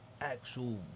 actual